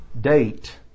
date